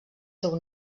seu